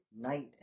night